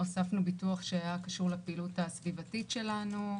הוספנו ביטוח שהיה קשור לפעילות הסביבתית שלנו,